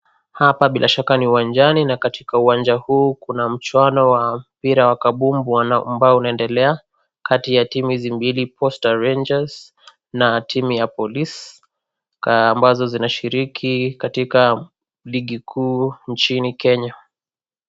Hapa bila shaka ni uwanjani na katika uwanja huu kuna mchuano wa mpira wa kambumbu ambao unaendelea kati ya timu hizi mbili Posta Rangers na timu ya Police, ambazo zinashiriki katika ligi kuu nchini Kenya.